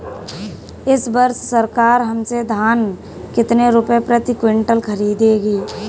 इस वर्ष सरकार हमसे धान कितने रुपए प्रति क्विंटल खरीदेगी?